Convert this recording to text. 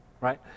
right